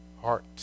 heart